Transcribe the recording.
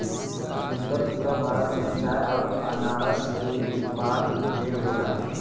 उत्तर पूरब भारत में चाय अउर अनारस के उत्पाद ढेरे होला